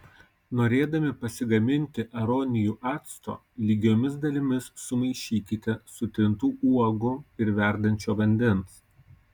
norėdami pasigaminti aronijų acto lygiomis dalimis sumaišykite sutrintų uogų ir verdančio vandens